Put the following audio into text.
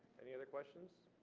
any other questions?